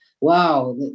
wow